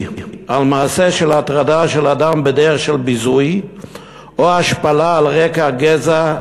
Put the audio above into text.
על מעשה של הטרדה של אדם בדרך של ביזוי או השפלה על רקע גזע,